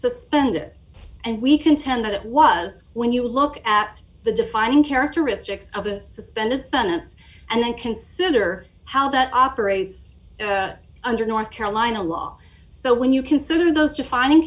suspended and we contend that was when you look at the defining characteristics of a suspended sentence and then consider how that operates under north carolina law so when you consider those defining